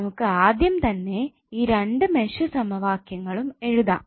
നമുക്ക് ആദ്യം തന്നെ ഈ രണ്ട് മെഷ് സമവാക്യങ്ങളും എഴുതാം